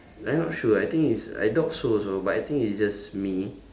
I'm not sure I think it's I doubt so also but I think it's just me